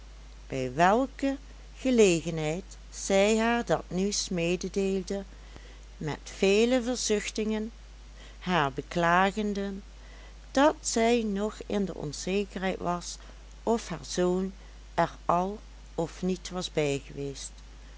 bij welke gelegenheid zij haar dat nieuws mededeelde met vele verzuchtingen haar beklagende dat zij nog in de onzekerheid was of haar zoon er al of niet was bijgeweest